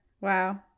Wow